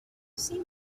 seen